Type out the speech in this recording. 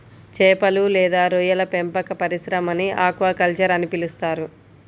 చేపలు లేదా రొయ్యల పెంపక పరిశ్రమని ఆక్వాకల్చర్ అని పిలుస్తారు